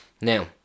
now